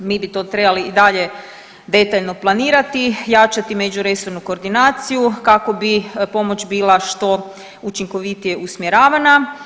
Mi bi to trebali i dalje detaljno planirati, jačati međuresornu koordinaciju kako bi pomoć bila što učinkovitije usmjeravana.